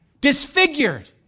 disfigured